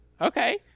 Okay